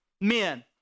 Men